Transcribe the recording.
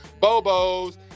Bobos